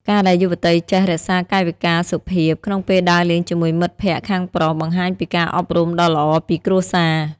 ការដែលយុវតីចេះ "រក្សាកាយវិការសុភាព" ក្នុងពេលដើរលេងជាមួយមិត្តភក្តិខាងប្រុស បង្ហាញពីការអប់រំដ៏ល្អពីគ្រួសារ។